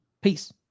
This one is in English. Peace